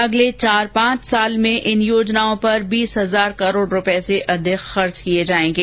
अगले चार पांच वर्ष में इन योजनाओं पर बीस हजार करोड़ रुपये से अधिक खर्च किये जायेंगे